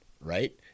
right